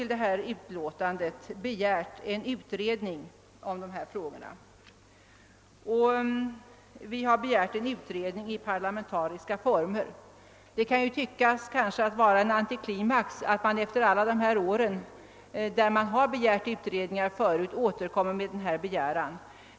det har vi begärt en utredning i parlamentariska former av dessa frågor. Det kan tyckas vara en antiklimax när man efter alla de år då utredningar har begärts återkommer med denna begäran.